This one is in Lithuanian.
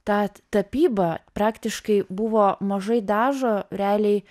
ta tapyba praktiškai buvo mažai dažo realiai